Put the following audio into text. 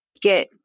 get